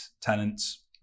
tenants